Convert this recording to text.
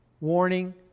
warning